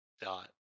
dot